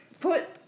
put